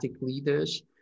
leaders